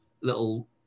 little